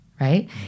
right